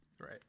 Right